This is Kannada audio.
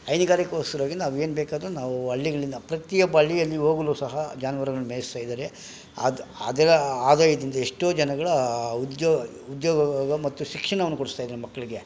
ಹೈನುಗಾರಿಕೋಸ್ರವಾಗಿ ನಾವು ಏನು ಬೇಕಾದರೂ ನಾವು ಹಳ್ಳಿಗಳಿನ ಪ್ರತಿಯೊಬ್ಬ ಹಳ್ಳಿಯಲ್ಲಿ ಇವಾಗಲೂ ಸಹ ಜಾನುವಾರುಗಳನ್ನ ಮೇಯಿಸ್ತಾ ಇದ್ದಾರೆ ಅದು ಅದರ ಆದಾಯದಿಂದ ಎಷ್ಟೋ ಜನಗಳ ಉದ್ಯೋಗ ಉದ್ಯೋಗ ಮತ್ತು ಶಿಕ್ಷಣವನ್ನು ಕೊಡಿಸ್ತಾ ಇದ್ದಾರೆ ಮಕ್ಕಳಿಗೆ